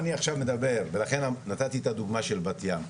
ולכן נתתי את הדוגמא של בת-ים.